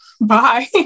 Bye